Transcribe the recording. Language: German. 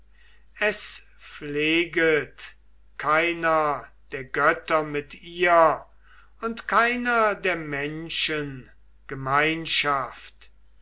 es pfleget keiner der götter mit ihr und keiner der menschen gemeinschaft